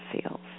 feels